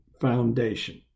foundation